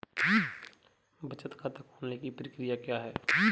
बचत खाता खोलने की प्रक्रिया क्या है?